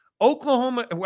Oklahoma